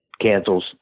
cancels